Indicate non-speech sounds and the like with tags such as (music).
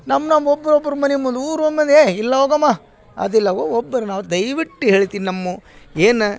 ನಮ್ಮ ನಮ್ಮ ಒಬ್ಬೊಬ್ರು ಮನೆ ಮುಂದೆ ಊರು (unintelligible) ಇಲ್ಲ ಹೋಗಮ್ಮ ಅದಿಲ್ಲ (unintelligible) ದಯವಿಟ್ಟು ಹೇಳ್ತೀನಿ ನಮ್ಮ ಏನು